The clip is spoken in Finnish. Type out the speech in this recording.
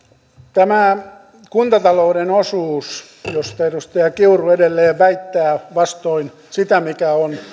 tämä kuntatalouden osuus josta edustaja kiuru edelleen väittää vastoin sitä mikä on